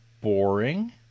boring